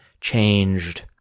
changed